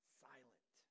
silent